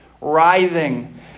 writhing